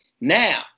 Now